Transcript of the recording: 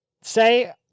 say